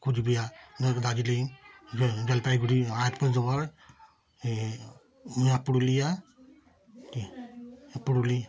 কুচবিহার দার্জিলিং জল জলপাইগুড়ি এই পুরুলিয়া ঠিক আছে পুরুলি